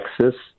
Texas